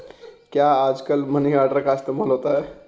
क्या आजकल money order का इस्तेमाल होता है?